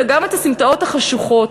וגם את הסמטאות החשוכות.